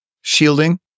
shielding